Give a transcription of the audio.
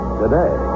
today